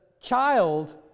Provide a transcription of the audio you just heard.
child